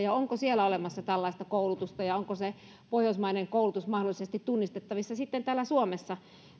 onko siellä olemassa tällaista koulutusta ja onko se pohjoismainen koulutus mahdollisesti tunnistettavissa sitten täällä suomessa